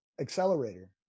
accelerator